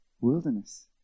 wilderness